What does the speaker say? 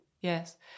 Yes